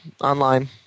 online